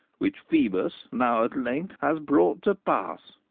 which phoebus now at length has brought to pass.